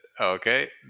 Okay